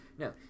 No